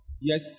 Yes